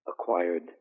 acquired